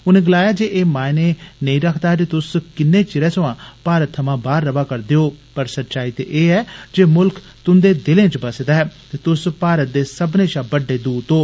उनें गलाया जे एह् मायने नेईं रखदा जे तुस किन्ने चिरै थमां भारत थमां बाहर रवा करदे हो पर सच्चाई ते एह ऐ जे मुल्ख तुन्दे दिलें बसे दा ऐ ते तुस भारत दे सब्बनें षा बड्डे दूत हो